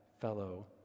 fellow